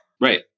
right